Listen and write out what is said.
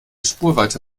spurweite